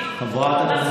איתן,